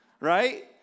right